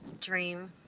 dream